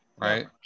Right